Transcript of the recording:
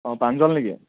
অঁ প্ৰাঞ্জল নেকি